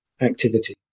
activity